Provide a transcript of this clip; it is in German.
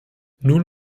null